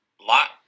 Lot